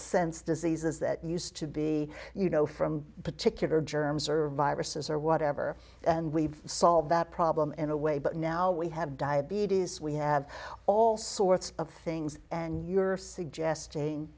sense diseases that used to be you know from particular germs services or whatever and we've solved that problem in a way but now we have diabetes we have all sorts of things and you're suggesting